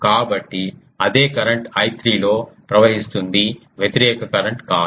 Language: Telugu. కాబట్టి అదే కరెంట్ I3 లో ప్రవహిస్తున్నది వ్యతిరేక కరెంట్ కాదు